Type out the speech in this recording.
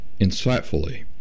insightfully